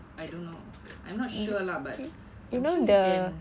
I don't know I'm not sure lah but I'm sure you can